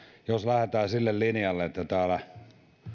jos lähdetään sille linjalle että täällä